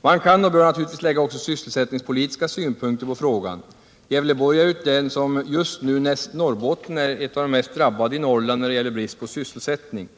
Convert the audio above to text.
Man kan och bör naturligtvis lägga också sysselsättningspolitiska synpunkter på frågan. Gävleborg är det län som just nu näst Norrbotten är det mest drabbade i Norrland när det gäller brist på sysselsättning.